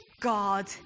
God